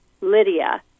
lydia